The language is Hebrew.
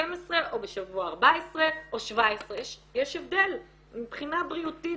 או בשבוע 14 או 17. יש הבדל מבחינה בריאותית,